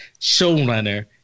showrunner